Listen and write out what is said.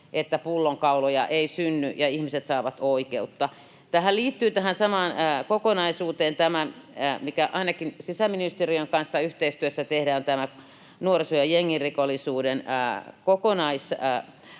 että pullonkauloja ei synny ja ihmiset saavat oikeutta. Tähän samaan kokonaisuuteen liittyy, mikä ainakin sisäministeriön kanssa yhteistyössä tehdään, nuoriso- ja jengirikollisuuden